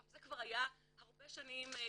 אבל זה כבר היה הרבה שנים אחורה.